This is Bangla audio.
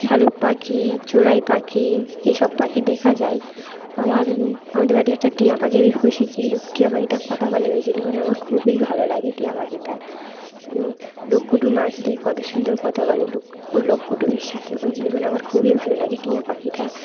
শালিক পাখি চড়াই পাখি এইসব পাখি দেখা যায় আমার আমাদের বাড়ির একটা টিয়া পাখি আমি পুষেছি ও টিয়া পাখিটা কথা বলে ওই জন্য করে আমার খুবই ভালো লাগে টিয়া পাখিটা লোক কুটুম আসলে কত সুন্দর কথা বলে লোক লোক কুটুমদের সাথে ওই জন্য করে আমার খুবই ভালো লাগে টিয়া পাখিটা